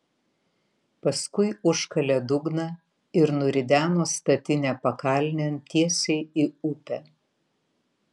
paskui užkalė dugną ir nurideno statinę pakalnėn tiesiai į upę